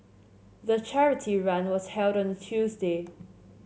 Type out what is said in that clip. the charity run was held on Tuesday